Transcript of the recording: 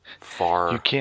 far